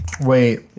Wait